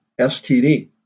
STD